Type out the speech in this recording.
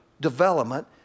development